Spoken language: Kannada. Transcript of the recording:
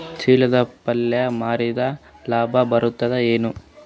ಚಿಲ್ಲರ್ ಪಲ್ಯ ಮಾರಿದ್ರ ಲಾಭ ಬರತದ ಏನು?